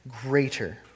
greater